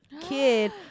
kid